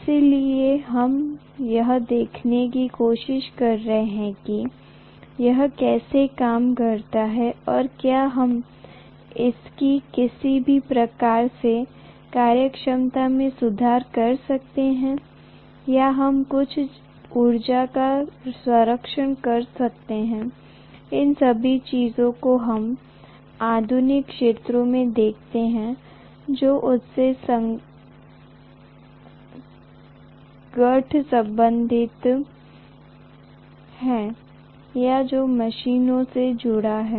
इसलिए हम यह देखने की कोशिश कर रहे हैं कि यह कैसे काम करता है और क्या हम इसकी किसी भी प्रकार से कार्यक्षमता में सुधार कर सकते हैं या हम कुछ ऊर्जा का संरक्षण कर सकते हैं इन सभी चीजों को हम अनुसंधान क्षेत्रों में देखते हैं जो इससे गठबंधित हैं या जो मशीनों से जुड़े हैं